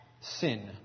sin